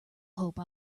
hope